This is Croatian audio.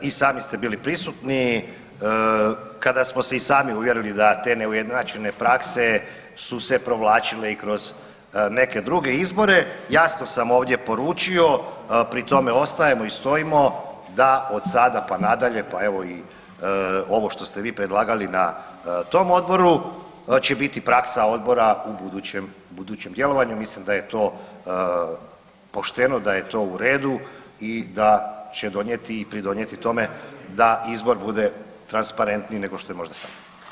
I sami ste bili prisutni kada smo se i sami uvjerili da te neujednačene prakse su se provlačile i kroz neke druge izbore, jasno sam ovdje poručio, pri tome ostajemo i stojimo da od sada pa nadalje pa evo i ovo što ste vi predlagali na tom odboru će biti praksa Odbora u budućem djelovanju, mislim da je to pošteno, da je to u redu i da će donijeti i pridonijeti tome da izbor bude transparentniji nego što je možda sad.